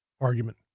argument